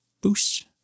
boost